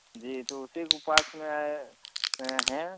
जी तो उसी को पास में आए हैं